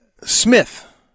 Smith